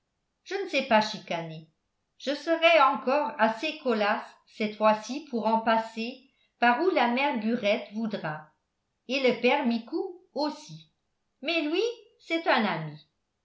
je ne sais pas chicaner je serai encore assez colas cette fois-ci pour en passer par où la mère burette voudra et le père micou aussi mais lui c'est un ami